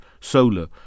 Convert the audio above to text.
solar